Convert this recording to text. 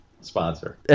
sponsor